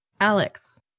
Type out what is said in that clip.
Alex